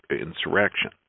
insurrection